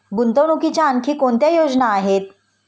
गुंतवणुकीच्या आणखी कोणत्या योजना आहेत?